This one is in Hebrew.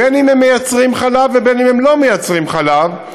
בין שהם מייצרים חלב ובין שהם לא מייצרים חלב,